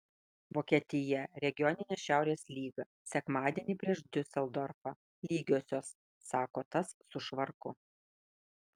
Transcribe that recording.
vokietija regioninė šiaurės lyga sekmadienį prieš diuseldorfą lygiosios sako tas su švarku